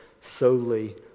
solely